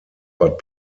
but